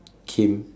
Kim